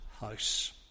house